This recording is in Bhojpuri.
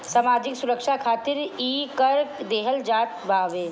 सामाजिक सुरक्षा खातिर इ कर देहल जात हवे